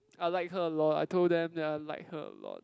I like her a lot I told them that I like her a lot